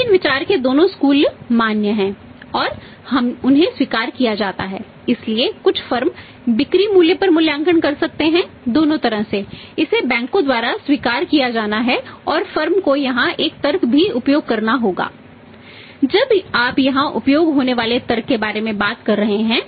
लेकिन विचार के दोनों स्कूल मान्य हैं और उन्हें स्वीकार किया जा सकता है इसलिए कुछ फर्म क्या है जिसे हम कहीं और निवेश कर रहे हैं